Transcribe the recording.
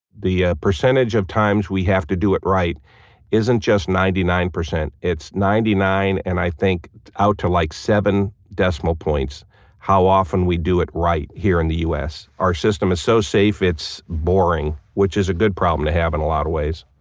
the ah percentage of times we have to do it right isn't just ninety nine percent. it's ninety nine and i think out to like seven decimal points how often we do it right here in the us. our system is so safe, it's boring, which is a good problem to have in a lot of ways